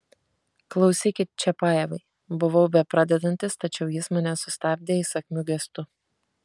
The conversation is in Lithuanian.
klausykit čiapajevai buvau bepradedantis tačiau jis mane sustabdė įsakmiu gestu